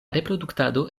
reproduktado